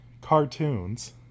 cartoons